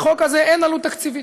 לחוק הזה אין עלות תקציבית.